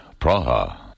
Praha